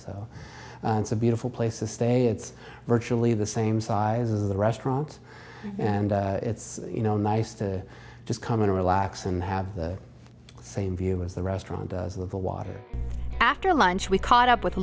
so it's a beautiful place to stay it's virtually the same size of the restaurants and it's you know nice to just come in to relax and have the same view as the restaurant of the water after lunch we caught up with a